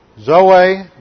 zoe